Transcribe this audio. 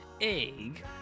egg